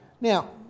Now